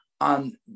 on